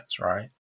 right